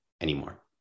anymore